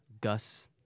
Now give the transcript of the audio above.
Gus